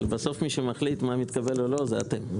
אבל בסוף מי שמחליט מה מתקבל או לא מתקבל זה אתם.